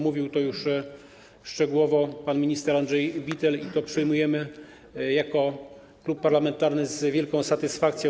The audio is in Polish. Mówił już o tym szczegółowo pan minister Andrzej Bittel i to przyjmujemy jako klub parlamentarny z wielką satysfakcją.